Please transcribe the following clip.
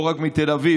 לא רק מתל אביב,